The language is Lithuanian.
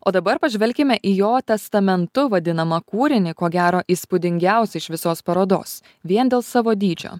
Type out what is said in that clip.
o dabar pažvelkime į jo testamentu vadinamą kūrinį ko gero įspūdingiausią iš visos parodos vien dėl savo dydžio